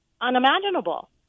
unimaginable